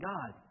God